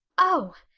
oh,